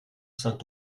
saint